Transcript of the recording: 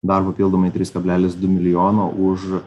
dar papildomai tris kablelis du milijono už